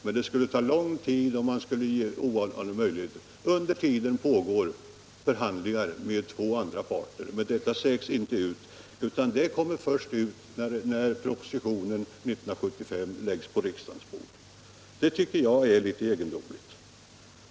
Men man skrev inte en enda rad om att det samtidigt som skrivelsen gick ut pågick förhandlingar med två privata bolag. Det kom ut först när propositionen lades på riksdagens bord 1975. Det tycker jag är egendomligt.